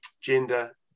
gender